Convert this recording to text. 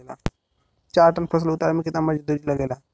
चार टन फसल उतारे में कितना मजदूरी लागेला?